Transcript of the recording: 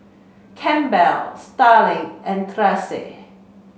Campbell Starling and Kracee